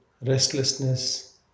restlessness